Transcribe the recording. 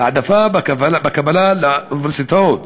העדפה בקבלה לאוניברסיטאות,